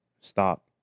stop